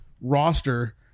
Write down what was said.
roster